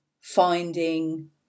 finding